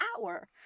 hour